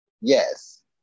Yes